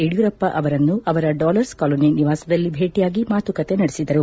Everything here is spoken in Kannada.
ಯಡಿಯೂರಪ್ಪ ಅವರನ್ನು ಅವರ ಡಾಲರ್ಸ್ ಕಾಲೋನಿ ನಿವಾಸದಲ್ಲಿ ಭೇಟಿಯಾಗಿ ಮಾತುಕತೆ ನಡೆಸಿದರು